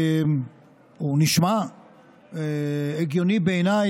שנשמע הגיוני בעיניי,